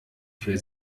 viel